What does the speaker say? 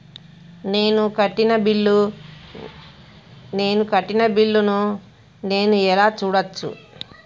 నేను కట్టిన బిల్లు ను నేను ఎలా చూడచ్చు?